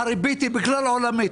הריבית היא כלל עולמית.